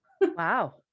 Wow